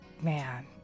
Man